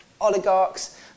oligarchs